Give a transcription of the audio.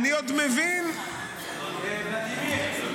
ולדימיר,